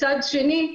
מצד שני,